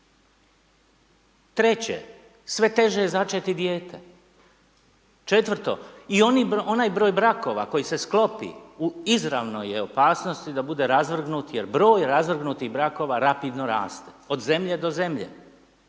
Treće, sve teže je začeti dijete. Četvrto i onaj broj brakova koji se sklopi u izravnoj je opasnosti da bude razvrgnut jer broj razvrgnutih brakova rapidno raste od zemlje do zemlje.